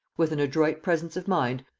with an adroit presence of mind,